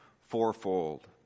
fourfold